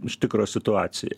iš tikro situaciją